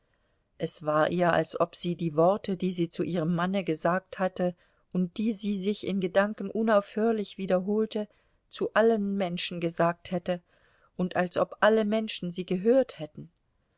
es war ihr als ob sie die worte die sie zu ihrem manne gesagt hatte und die sie sich in gedanken unaufhörlich wiederholte zu allen menschen gesagt hätte und als ob alle menschen sie gehört hätten